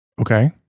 Okay